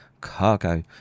cargo